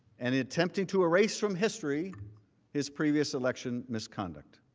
and in attempting to ah raise from history his previous election misconduct.